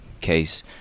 case